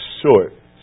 short